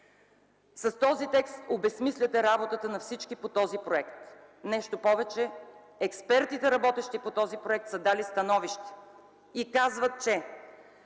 С този текст обезсмисляте работата на всички по този проект. Нещо повече – експертите, работещи по този проект, са дали становище и казват, че